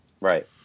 Right